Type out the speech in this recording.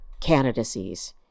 candidacies